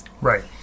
Right